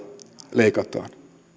leikataan